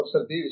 professor B